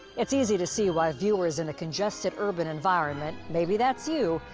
it's easy to see why viewers in a congested urban environment, maybe that's you,